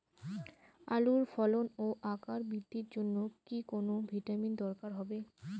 আলুর ফলন ও আকার বৃদ্ধির জন্য কি কোনো ভিটামিন দরকার হবে?